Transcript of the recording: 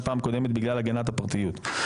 בוקר טוב לכולם,